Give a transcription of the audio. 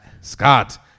Scott